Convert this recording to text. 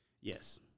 Yes